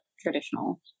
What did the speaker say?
traditional